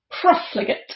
profligate